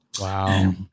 Wow